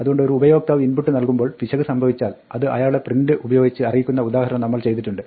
അതുകൊണ്ട് ഒരു ഉപയോക്താവ് ഇൻപുട്ട് നൻകുമ്പോൾ പിശക് സംഭവിച്ചാൽ അത് അയാളെ പ്രിന്റ് ഉപയോഗിച്ച് അറിയിക്കുന്ന ഉദാഹരണം നമ്മൾ ചെയ്തിട്ടുണ്ട്